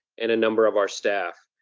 and a number of our staff.